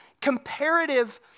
comparative